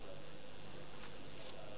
כבוד שר המשפטים יעקב נאמן,